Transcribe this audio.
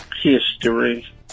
history